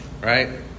Right